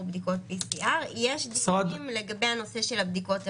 בדיקות PCR. יש דיונים לגבי הנושא של הבדיקות המהירות,